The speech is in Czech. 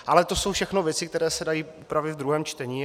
Ale to jsou všechno věci, které se dají upravit ve druhém čtení.